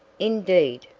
indeed!